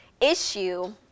issue